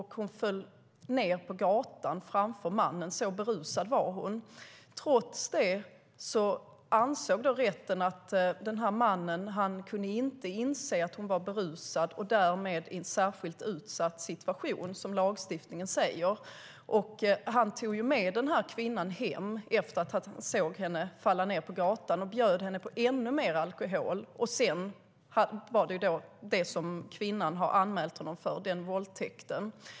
Hon föll ned på gatan framför mannen - så berusad var hon. Trots det ansåg rätten att mannen inte kunde inse att hon var berusad och därmed i en särskilt utsatt situation, som lagstiftningen säger. Han tog med kvinnan hem, efter att han sett henne falla ned på gatan, och bjöd henne på ännu mer alkohol. Sedan var det en våldtäkt som kvinnan har anmält honom för.